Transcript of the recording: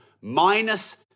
minus